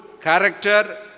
character